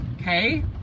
okay